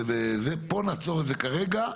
פה נעצור את זה כרגע.